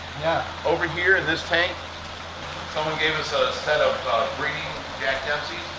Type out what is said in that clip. yeah over here this tank someone gave us a set of breeding jack dempseys.